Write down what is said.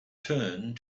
turned